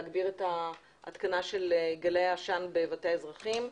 להגביר את התקנת גלאי העשן בבתי האזרחים.